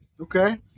Okay